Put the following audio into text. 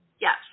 yes